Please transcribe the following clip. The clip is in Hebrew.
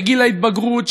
בגיל ההתבגרות,